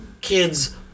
kid's